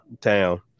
town